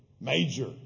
Major